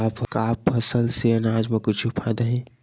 का फसल से आनाज मा कुछु फ़ायदा हे?